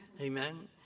Amen